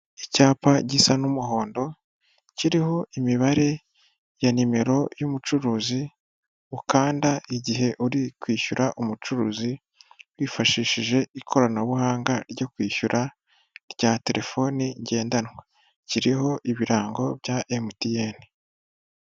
Icyapa gisa n'umuhondo kiriho imibare ya nimero y'umucuruzi ukanda igihe uri kwishyura umucuruzi wifashishije ikoranabuhanga ryo kwishyura rya telefoni ngendanwa, kiriho ibirango bya emutiyeni.